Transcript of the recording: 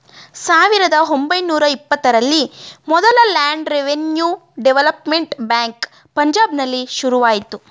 ಸಾವಿರದ ಒಂಬೈನೂರ ಇಪ್ಪತ್ತರಲ್ಲಿ ಮೊದಲ ಲ್ಯಾಂಡ್ ರೆವಿನ್ಯೂ ಡೆವಲಪ್ಮೆಂಟ್ ಬ್ಯಾಂಕ್ ಪಂಜಾಬ್ನಲ್ಲಿ ಶುರುವಾಯ್ತು